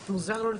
תודה.